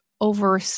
over